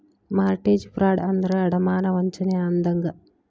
mortgage fraud ಅಂದ್ರ ಅಡಮಾನ ವಂಚನೆ ಅಂದಂಗ